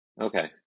Okay